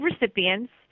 recipients